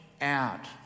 out